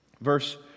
Verse